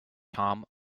tom